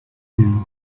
you